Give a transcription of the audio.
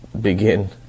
begin